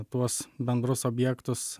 tuos bendrus objektus